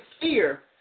fear